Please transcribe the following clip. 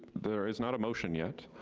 there is not a motion yet,